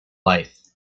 life